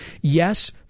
Yes